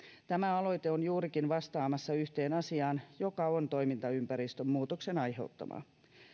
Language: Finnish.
tämä aloite on juurikin vastaamassa yhteen asiaan joka on toimintaympäristön muutoksen aiheuttama